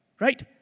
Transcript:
Right